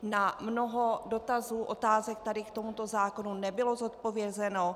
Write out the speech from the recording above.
Na mnoho dotazů, otázek tady k tomu zákonu nebylo zodpovězeno.